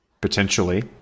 potentially